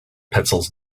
pencils